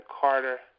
Carter